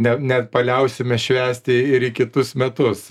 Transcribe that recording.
ne nepaliausime švęsti ir į kitus metus